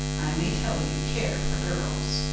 i may tell you, care for girls